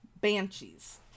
banshees